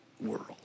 world